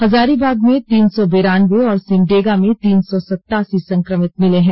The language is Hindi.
हजारीबाग में तीन सौ बिरानबे और सिमडेगा में तीन सौ सतासी संक्रमित मिले हैं